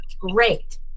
Great